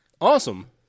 Awesome